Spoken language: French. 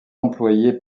employé